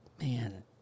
man